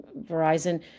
Verizon